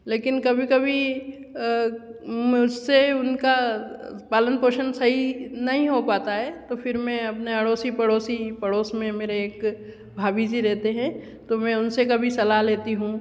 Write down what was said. लेकिन कभी कभी मुझसे उनका पालन पोषण सही नहीं हो पाता है फ़िर मैं अपने अड़ोसी पड़ोसी पड़ोस में मेरे एक भाभी जी रहते हैं तो मैं उनसे कभी सलाह लेती हूँ